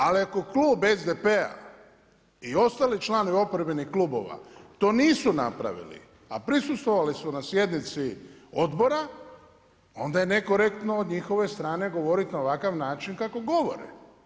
Ali ako Klub SDP-a i ostali članovi oporbenih klubovi to nisu napravili a prisustvovali su na sjednici odbora, onda je nekorektno od njihove strane govoriti na ovakav način kako govore.